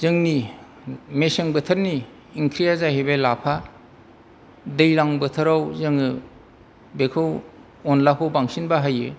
जोंनि मेसें बोथोरनि ओंख्रिया जाहैबाय लाफा दैज्लां बोथोराव जोङो बेखौ अनद्लाखौ बांसिन बाहायो